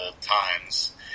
times